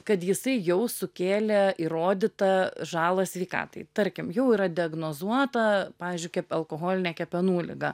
kad jisai jau sukėlė įrodytą žalą sveikatai tarkim jau yra diagnozuota pavyzdžiui kep alkoholinė kepenų liga